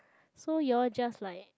so your just like